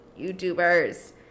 YouTubers